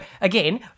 again